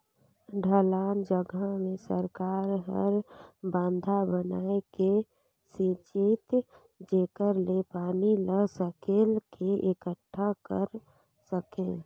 ढलान जघा मे सरकार हर बंधा बनाए के सेचित जेखर ले पानी ल सकेल क एकटठा कर सके